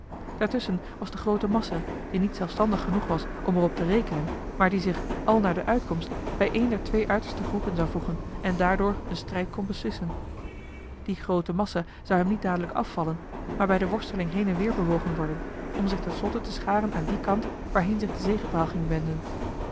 daartusschen was de groote massa die niet zelfstandig genoeg was om er op te rekenen maar die zich al naar de uitkomst bij een der twee uiterste groepen zou voegen en daardoor een strijd kon beslissen die groote massa zou hem niet dadelijk afvallen maar bij de worsteling heen en weer bewogen worden om zich ten slotte te scharen aan dien kant waarheen zich de zegepraal ging wenden